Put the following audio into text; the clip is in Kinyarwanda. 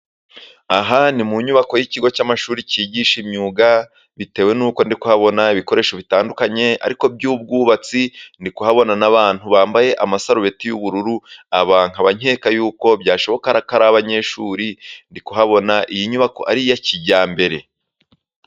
Aha ni mu nyubako y'ikigo cy'amashuri cyigisha imyuga, bitewe n'uko ndi kuhabona ibikoresho bitandukanye ariko by'ubwubatsi. Ndi kuhabona n'abantu bambaye amasarubeti y'ubururu, aba nkaba nkeka yuko byashoboka ko ari abanyeshuri. Ndi kuhabona iyi nyubako ari iya kijyambere.